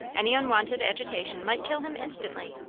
any unwonted agitation might kill him instantly.